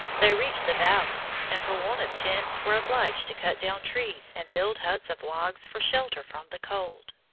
they reached the valley, and for want of tents were obliged to cut down trees and build huts of logs for shelter from the cold.